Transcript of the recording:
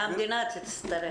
והמדינה תצטרך אותן.